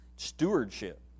Stewardship